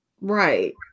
right